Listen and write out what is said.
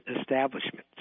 establishments